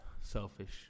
selfish